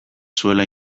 zuela